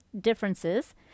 differences